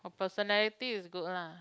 her personality is good lah